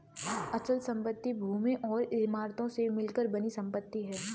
अचल संपत्ति भूमि और इमारतों से मिलकर बनी संपत्ति है